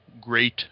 great